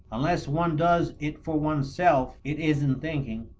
unless one does it for one's self, it isn't thinking.